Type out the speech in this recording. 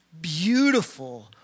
beautiful